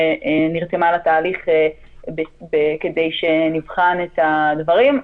שנרתמה לתהליך כדי שנבחן את הדברים.